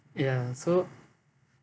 ya so